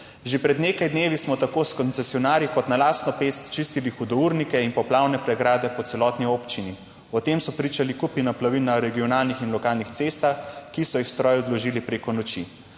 Že pred nekaj dnevi smo tako s koncesionarji kot na lastno pest čistili hudournike in poplavne pregrade po celotni občini. O tem so pričali kupi naplavil na regionalnih in lokalnih cestah, ki so jih stroji odložili preko noči.